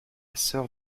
sœur